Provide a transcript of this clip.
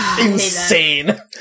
insane